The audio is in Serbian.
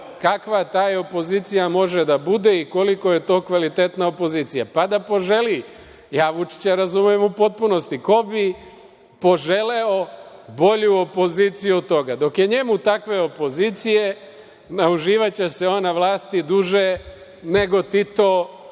kakva ta opozicija može da bude i koliko je to kvalitetna opozicija. Pa, da poželi. Ja Vučića razumem u potpunosti, ko bi poželeo bolju opoziciju od toga. Dok je njemu takve opozicije, nauživaće se on na vlasti duže nego Tito